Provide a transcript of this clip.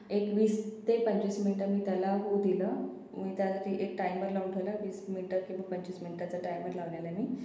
एक वीस ते पंचवीस मिंट मी त्याला हू दिलं मी त्यासाठी एक टाइमर लावून ठेवला वीस मिंटं किंवा पंचवीस मिंटाचा टाइमर लावलेला मी